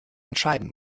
entscheiden